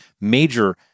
major